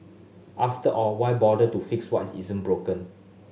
after all why bother to fix what isn't broken